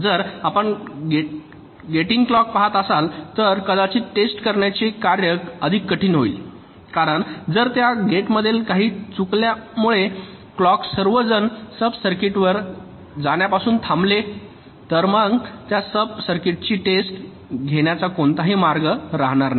जर आपण gating clock पहात असाल तर कदाचित टेस्ट करण्याचे कार्य अधिक कठीण होईल कारण जर त्या गेटमध्ये काही चुकल्यामुळे क्लॉक सर्वजण सब सर्किटवर जाण्यापासून थांबले तर मला त्या सब सर्किटची टेस्ट घेण्याचा कोणताही मार्ग राहणार नाही